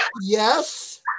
Yes